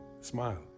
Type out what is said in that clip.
smile